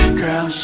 girl